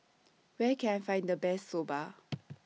Where Can I Find The Best Soba